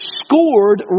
scored